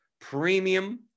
Premium